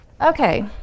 Okay